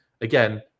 Again